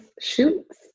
shoots